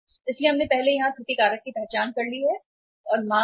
इसलिए हमने पहले ही यहां त्रुटि कारक की पहचान कर ली है और मांग है